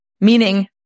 Meaning